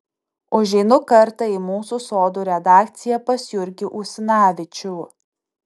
užeinu kartą į mūsų sodų redakciją pas jurgį usinavičių